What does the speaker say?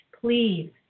please